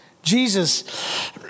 Jesus